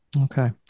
Okay